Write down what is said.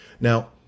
Now